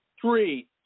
Three